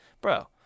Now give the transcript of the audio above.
bro